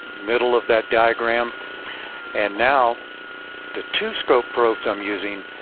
middle of that diagram and now the two scope probes i'm using,